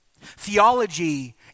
Theology